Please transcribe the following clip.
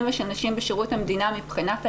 ושל נשים בשירות המדינה מבחינת הילדים,